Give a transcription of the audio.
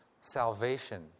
salvation